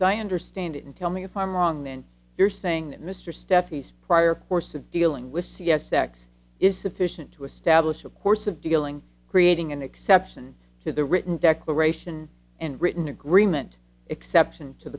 so i understand it and tell me if i'm wrong then you're saying mr stephanie's prior course of dealing with c s x is sufficient to establish a course of dealing creating an exception to the written declaration and written agreement exception to